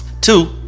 Two